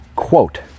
Quote